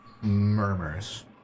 murmurs